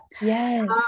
Yes